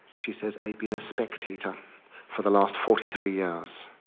she says, i've been a spectator for the last forty three years.